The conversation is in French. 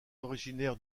originaire